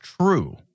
True